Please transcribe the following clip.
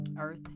earth